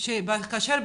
שהיא בהכחשה.